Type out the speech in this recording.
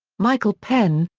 michael penn,